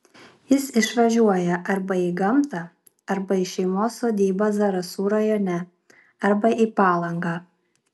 jis išvažiuoja arba į gamtą arba į šeimos sodybą zarasų rajone arba į palangą